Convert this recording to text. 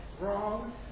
wrong